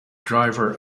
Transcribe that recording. driver